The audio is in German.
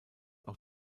auch